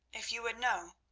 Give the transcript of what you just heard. if you would know,